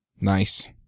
Nice